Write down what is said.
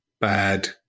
bad